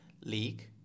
league